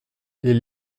est